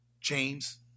James